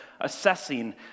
assessing